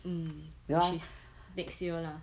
mm which is next year lah